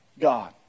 God